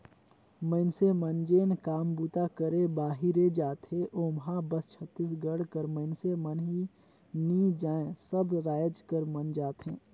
मइनसे मन जेन काम बूता करे बाहिरे जाथें ओम्हां बस छत्तीसगढ़ कर मइनसे मन ही नी जाएं सब राएज कर मन जाथें